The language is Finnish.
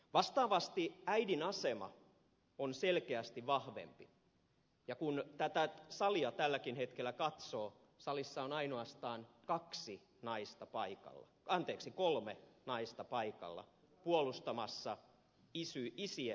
vastaavasti äidin asema on selkeästi vahvempi ja kun tätä salia tälläkin hetkellä katsoo salissa on ainoastaan kolme naista paikalla puolustamassa isien oikeuksia